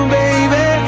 baby